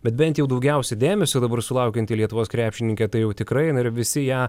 bet bent jau daugiausiai dėmesio dabar sulaukianti lietuvos krepšininkė tai jau tikrai ir na visi ją